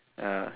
yeah